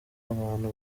abantu